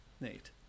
Nate